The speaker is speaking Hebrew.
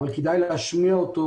שכדאי להשמיע אותו